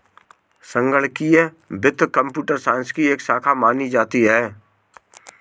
संगणकीय वित्त computer science की एक शाखा मानी जाती है